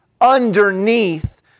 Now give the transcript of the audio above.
underneath